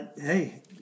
hey